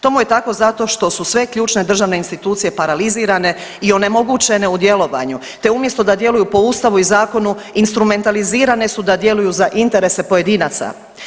Tomu je tako zato što su sve ključne državne institucije paralizirane i onemogućene u djelovanju te umjesto da djeluju po Ustavu i zakonu instrumentalizirane su da djeluju za interese pojedinaca.